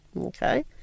okay